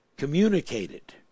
communicated